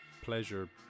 pleasure